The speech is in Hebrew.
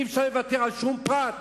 אי-אפשר לוותר על שום פרט,